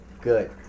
Good